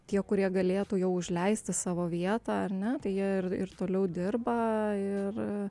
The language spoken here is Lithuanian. tie kurie galėtų jau užleisti savo vietą ar ne tai jie ir toliau dirba ir